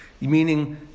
Meaning